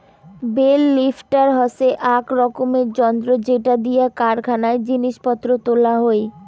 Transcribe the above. bell lifter হসে আক রকমের যন্ত্র যেটা দিয়া কারখানায় জিনিস পত্র তোলা হই